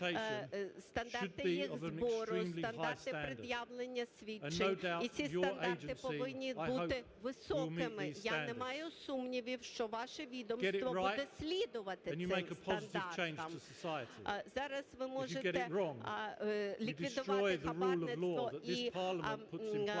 стандарти їх збору, стандарти пред'явлення свідчень, і ці стандарти повинні бути високими. Я не маю сумнівів, що ваше відомство буде слідувати цим стандартам. Зараз ви можете ліквідувати хабарництво і